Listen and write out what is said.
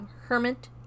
Hermit